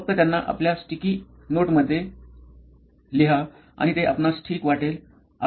फक्त त्यांना आपल्या स्टिकी नोटमध्ये लिहा आणि ते आपणास ठीक वाटेल